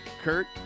Kurt